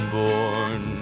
born